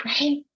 Right